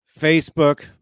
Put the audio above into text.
Facebook